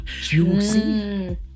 Juicy